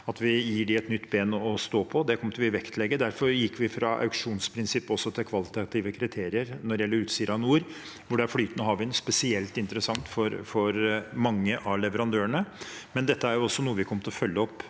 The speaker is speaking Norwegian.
at vi gir dem et nytt bein å stå på – det kommer vi til å vektlegge. Derfor gikk vi også fra auksjonsprinsipp til kvalitative kriterier når det gjelder Utsira Nord, hvor det er flytende havvind, det er spesielt interessant for mange av leverandørene. Dette er også noe vi kommer til å følge opp,